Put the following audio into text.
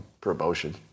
promotion